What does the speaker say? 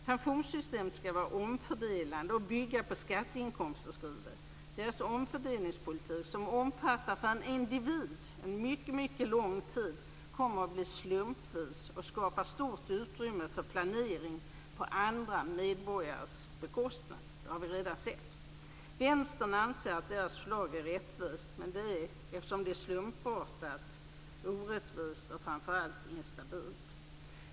Pensionssystemet skall vara omfördelande och bygga på skatteinkomster, skriver de. Deras omfördelningspolitik, som för en individ omfattar en mycket lång tid, kommer att bli slumpvis och skapa stort utrymme för "planering" på andra medborgares bekostnad. Det har vi redan sett. Vänstern anser att dess förslag är rättvist. Men eftersom det är slumpartat är det orättvist och framför allt instabilt.